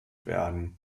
werden